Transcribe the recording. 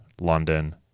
London